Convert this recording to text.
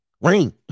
Ring